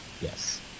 yes